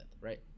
right